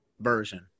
version